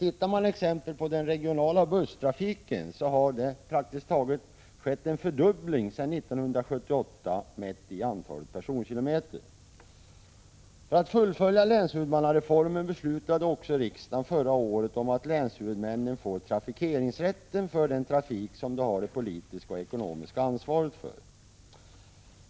Inom exempelvis den regionala busstrafiken har det praktiskt taget skett en fördubbling sedan 1978, mätt i antalet personkilometer. För att fullfölja länshuvudmannareformen beslutade också riksdagen förra året om att länshuvudmännen får trafikeringsrätten för den trafik som de har det politiska och ekonomiska ansvaret för.